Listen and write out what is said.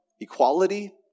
equality